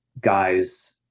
guy's